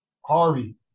Harvey